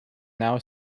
now